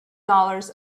dollars